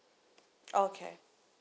okay